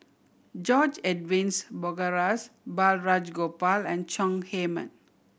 George Edwins Bogaars Balraj Gopal and Chong Heman